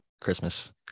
christmas